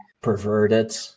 perverted